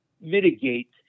mitigate